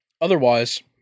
otherwise